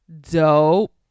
dope